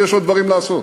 ויש עוד דברים לעשות,